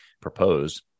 proposed